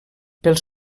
pels